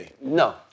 No